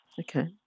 Okay